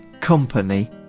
company